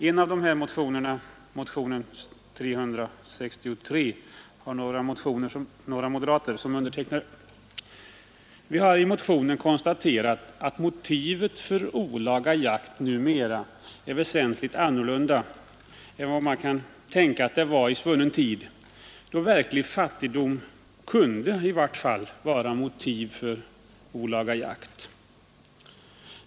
En av dessa motioner, nämligen motionen 363, har några moderater som undertecknare I nämnda motion har vi konstaterat att motivet för olaga jakt numera är väsentligt annorlunda än vad det kan tänkas ha varit i svunnen tid, då verklig fattigdom i vart fall kunde vara motiv för olaga jakt.